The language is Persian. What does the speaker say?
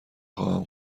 خواهم